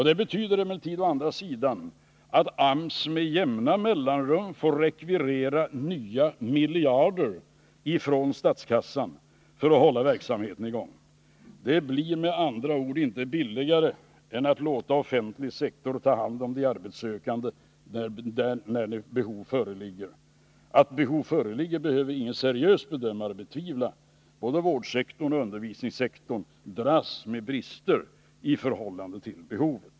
Det betyder emellertid å andra sidan att AMS med jämna mellanrum får rekvirera nya miljarder från statskassan för att kunna hålla verksamheten i gång. Det blir med andra ord inte billigare än att låta den offentliga sektorn ta hand om de arbetssökande när behov föreligger. Att behov föreligger behöver ingen seriös bedömare betvivla. Både vårdsektorn och undervisningssektorn dras med brister i förhållande till behovet.